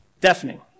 Deafening